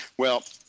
well,